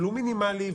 ולו מינימלי,